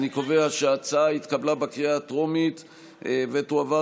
אני קובע שההצעה התקבלה בקריאה הטרומית ותועבר